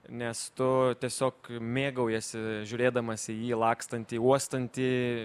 nes tu tiesiog mėgaujiesi žiūrėdamas į jį lakstantį uostantį